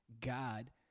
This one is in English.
god